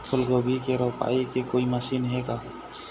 फूलगोभी के रोपाई के कोई मशीन हे का?